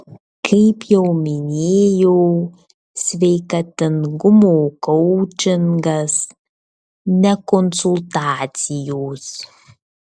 kaip jau minėjau sveikatingumo koučingas ne konsultacijos